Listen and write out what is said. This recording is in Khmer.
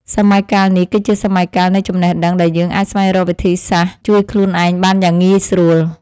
សម័យកាលនេះគឺជាសម័យកាលនៃចំណេះដឹងដែលយើងអាចស្វែងរកវិធីសាស្រ្តជួយខ្លួនឯងបានយ៉ាងងាយស្រួល។